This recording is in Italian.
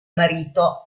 marito